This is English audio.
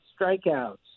strikeouts